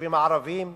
ביישובים הערביים,